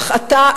אך אתה,